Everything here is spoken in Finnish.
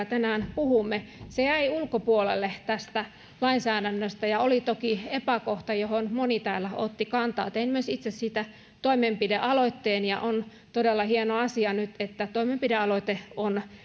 tänään puhumme jäi ulkopuolelle tästä lainsäädännöstä ja se oli toki epäkohta johon moni täällä otti kantaa tein myös itse siitä toimenpidealoitteen ja on todella hieno asia nyt että toimenpidealoite on